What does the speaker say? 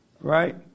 Right